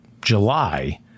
July